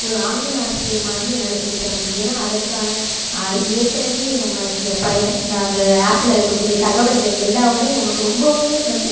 ஒரு ஆங்கில ஆசிரியர் மாதிரியும் என்னால் சொல்லித் தர முடியுது ஏன்னால் அதற்கான ஏற்கனவே நம்ம இந்த பய இந்த அந்த ஆப்பில் இருக்கக்கூடிய தகவல்கள் எல்லாவுமே நமக்கு ரொம்பவுமே வந்து